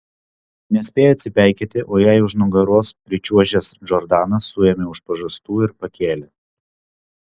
nespėjo atsipeikėti o jai už nugaros pričiuožęs džordanas suėmė už pažastų ir pakėlė